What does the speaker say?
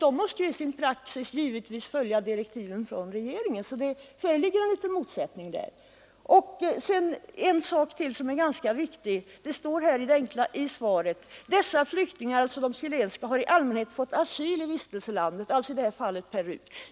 De måste i sin praxis givetvis följa direktiv från regeringen, så det föreligger en liten motsättning där. Ytterligare en sak är ganska viktig. Det står i svaret: ”Dessa flyktingar” — alltså de chilenska — ”har i allmänhet fått asyl i vistelselandet”, i detta fall Peru.